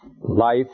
Life